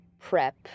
prep